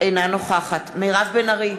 אינה נוכחת מירב בן ארי,